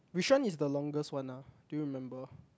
which one is the longest one ah do you remember